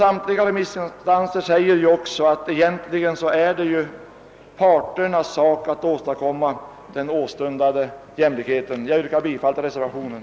Samtliga remissinstanser säger också att det egentligen är parternas sak att åstadkomma den åstundade jämlikheten. Jag yrkar bifall till reservationen.